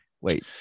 Wait